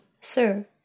sir